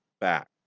back